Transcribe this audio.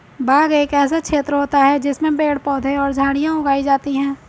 बाग एक ऐसा क्षेत्र होता है जिसमें पेड़ पौधे और झाड़ियां उगाई जाती हैं